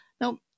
Now